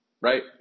Right